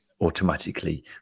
automatically